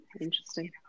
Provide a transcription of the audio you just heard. interesting